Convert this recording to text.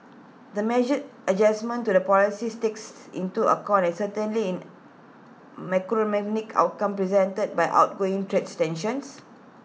the measured adjustment to the policy stance takes into the uncertainty in macroeconomic outcomes presented by ongoing trades tensions